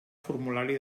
formulari